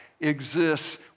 exists